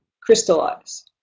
crystallize